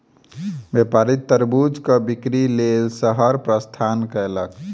व्यापारी तरबूजक बिक्री लेल शहर प्रस्थान कयलक